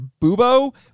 boobo